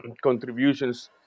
contributions